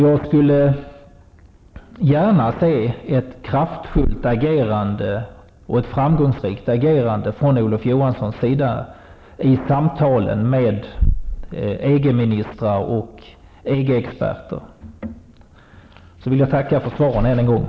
Jag skulle gärna se ett kraftfullt och framgångsrikt agerande från Olof Johansson i samtalen med EG-ministrar och EG-experter. Jag vill än en gång tacka för svaren.